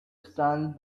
sun